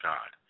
God